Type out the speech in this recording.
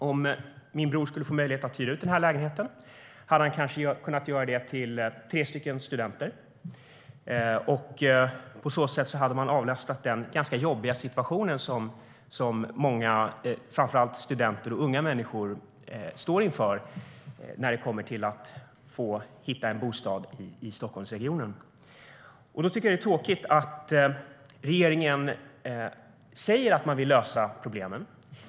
Om min bror skulle ha fått hyra ut lägenheten - till exempel till tre studenter - hade man på så sätt kunnat avlasta den ganska jobbiga situation som många framför allt studenter och unga befinner sig i när det gäller att hitta en bostad i Stockholmsregionen. Det är tråkigt när regeringen samtidigt säger att man vill lösa problemen.